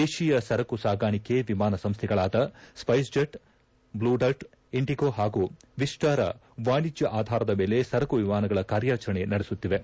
ದೇಶೀಯ ಸರಕು ಸಾಗಾಣಿಕೆ ವಿಮಾನ ಸಂಸ್ಥೆಗಳಾದ ಸ್ವೆಸ್ ಜೆಟ್ ಬ್ಲೂಡರ್ಟ್ ಇಂಡಿಗೋ ಹಾಗೂ ವಿಸ್ಟಾರ ವಾಣಿಜ್ಜ ಆಧಾರದ ಮೇಲೆ ಸರಕು ವಿಮಾನಗಳ ಕಾರ್ಯಾಚರಣೆ ನಡೆಸುತ್ತಿವೆ